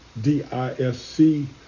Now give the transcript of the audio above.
D-I-S-C